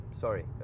sorry